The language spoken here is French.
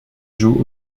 jouent